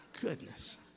goodness